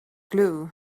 glue